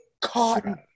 cotton